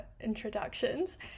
introductions